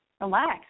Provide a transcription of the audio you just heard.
relax